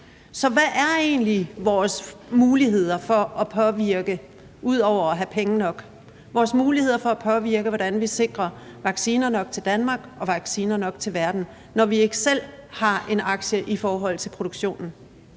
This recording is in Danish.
og hvem de vælger at sælge dem til. Så hvad er egentlig vores muligheder for at påvirke, hvordan vi sikrer vacciner nok til Danmark og vacciner nok til verden, når vi ikke selv har en aktie i produktionen,